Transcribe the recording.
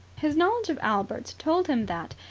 his knowledge of albert told him that,